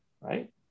right